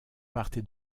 partez